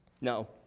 No